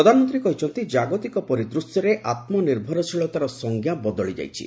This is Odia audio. ପ୍ରଧାନମନ୍ତ୍ରୀ କହିଛନ୍ତି ଜାଗତିକ ପରିଦୃଶ୍ୟରେ ଆତ୍ମନିର୍ଭରଶୀଳତାର ସଂଜ୍ଞା ବଦଳି ଯାଇଛି